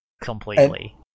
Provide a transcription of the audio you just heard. completely